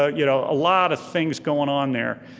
ah you know a lot of things going on there.